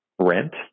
Rent